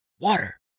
Water